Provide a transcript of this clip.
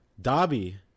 Dobby